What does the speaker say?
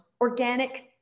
organic